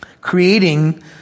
Creating